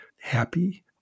happy